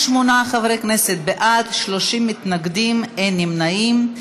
חברי כנסת בעד, 30 מתנגדים, אין נמנעים.